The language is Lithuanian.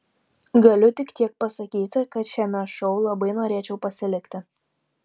galiu tik tiek pasakyti kad šiame šou labai norėčiau pasilikti